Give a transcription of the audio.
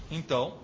então